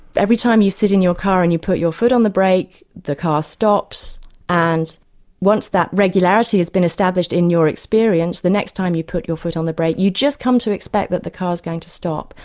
every time you sit in your car and you put your foot on the brake, the car stops and once that regularity has been established in your experience, the next time you put your foot on the brake, you just come to expect that the car's going to stop.